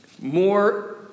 more